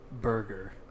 Burger